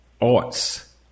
arts